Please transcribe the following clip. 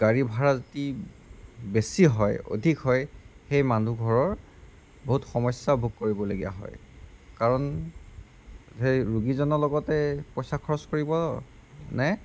গাড়ী ভাড়া অতি বেছি হয় অধিক হয় সেই মানুহ ঘৰৰ বহুত সমস্যা ভোগ কৰিবলগীয়া হয় কাৰণ সেই ৰোগীজনৰ লগতে পইচা খৰচ কৰিব নে